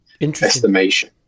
estimation